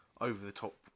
over-the-top